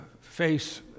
face